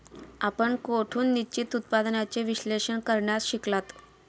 आपण कोठून निश्चित उत्पन्नाचे विश्लेषण करण्यास शिकलात?